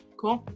cool.